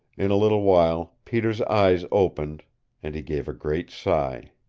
in a little while peter's eyes opened and he gave a great sigh.